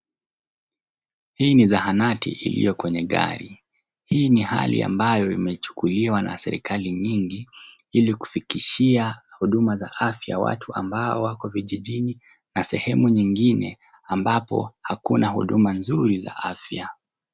Hii ni zahanati iliyo kwenye gari, hii ni hali ambayo imechukuliwa na serikali nyingi ilikufikishia huduma za afya watu ambao wako kijijini na sehemu nyingine ambapo hakuna huduma nzuri ya afya .